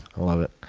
ah love it.